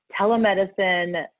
telemedicine